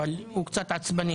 אבל יכול להיות שהוא קצת עצבני,